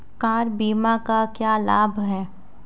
Car बीमा का क्या लाभ है?